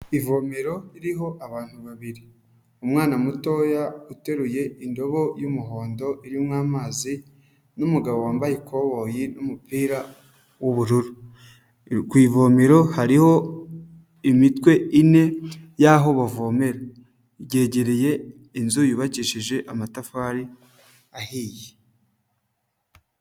Ivomero ririho abantu babiri umwana mutoya uteruye indobo y'umuhondo irimo amazi n'umugabo wambaye ikoboyi n'umupira w'ubururu ku ivomero hariho imitwe ine y'aho bavomera ryegereye inzu yubakishije amatafari ahiye.